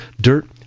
dirt